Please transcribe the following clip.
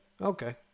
Okay